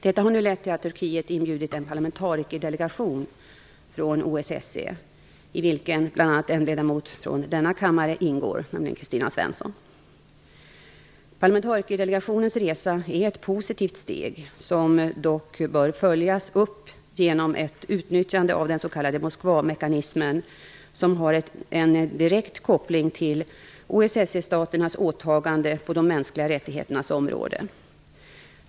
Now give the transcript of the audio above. Detta har nu lett till att Turkiet inbjudit en parlamentarikerdelegation från OSSE, i vilken bl.a. en ledamot av denna kammare, Kristina Svensson, ingår. Parlamentarikerdelegationens resa är ett positivt steg, som dock bör följas upp genom ett utnyttjande av den s.k. Moskvamekanismen, som har en direkt koppling till OSSE-staternas åtaganden på de mänskliga rättigheternas område.